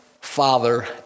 Father